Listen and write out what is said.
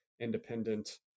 independent